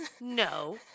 no